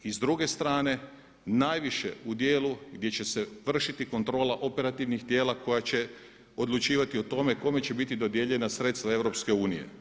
S druge strane najviše u dijelu gdje će se vršiti kontrola operativnih tijela koja će odlučivati o tome kome će biti dodijeljena sredstva EU.